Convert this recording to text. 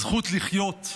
הזכות לחיות,